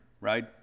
Right